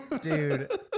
Dude